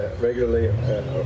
regularly